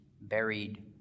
buried